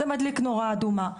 זה מדליק נורה אדומה.